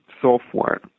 software